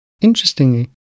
Interestingly